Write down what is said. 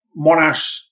Monash